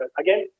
again